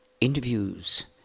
interviews